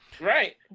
Right